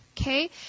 Okay